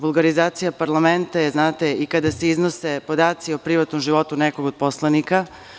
Vulgarizacija parlamenta je znate, i kada se iznose podaci o privatnom životu nekog od poslanika.